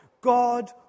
God